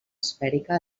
esfèrica